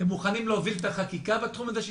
אתם מוכנים להוביל את החקיקה בתחום הזה?